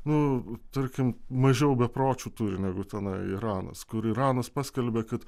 nu tarkim mažiau bepročių tu žinai jeigu tenai iranas kur iranas paskelbė kad